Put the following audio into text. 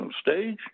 stage